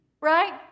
Right